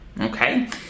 okay